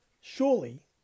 surely